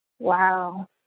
Wow